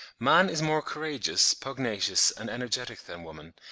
man is more courageous, pugnacious and energetic than woman,